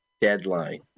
deadline